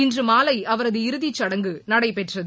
இன்று மாலை அவரது இறுதிச்சடங்கு நடைபெற்றது